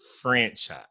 franchise